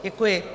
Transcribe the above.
Děkuji.